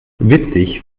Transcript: witzig